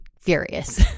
Furious